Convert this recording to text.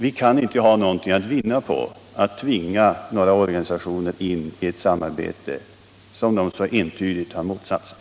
Vi kan inte ha någonting att vinna på att tvinga några organisationer in i ett samarbete som de så entydigt har motsatt sig.